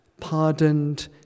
pardoned